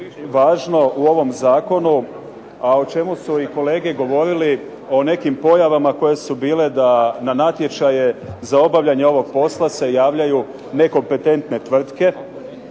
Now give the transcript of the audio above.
važno u ovom zakonu, a o čemu su i kolege govorili o nekim pojavama koji su bili na natječaje. Za obavljanje ovog posla se javljaju nekompetentne tvrtke